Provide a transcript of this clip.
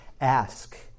Ask